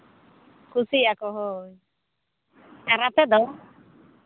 ᱠᱩᱥᱤᱭᱟᱜ ᱠᱚ ᱦᱳᱭ ᱟᱨ ᱟᱯᱮ ᱫᱚ